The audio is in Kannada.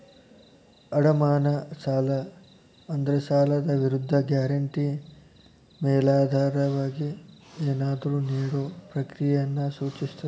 ಅಡಮಾನ ಸಾಲ ಅಂದ್ರ ಸಾಲದ್ ವಿರುದ್ಧ ಗ್ಯಾರಂಟಿ ಮೇಲಾಧಾರವಾಗಿ ಏನಾದ್ರೂ ನೇಡೊ ಪ್ರಕ್ರಿಯೆಯನ್ನ ಸೂಚಿಸ್ತದ